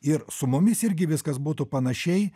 ir su mumis irgi viskas būtų panašiai